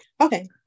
Okay